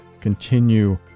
continue